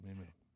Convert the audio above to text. Amen